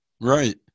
Right